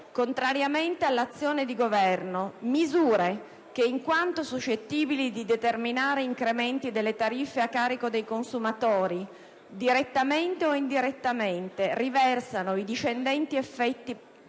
contrariamente all'azione di Governo, misure che, in quanto suscettibili di determinare incrementi delle tariffe a carico dei consumatori, direttamente o indirettamente riversano i discendenti effetti